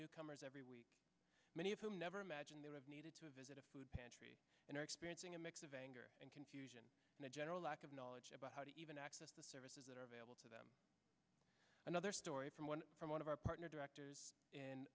newcomers every week many of whom never imagined they needed to visit a food pantry and are experiencing a mix of anger and confusion and a general lack of knowledge about how to even access the services that are available to them another story from one of our partner directors in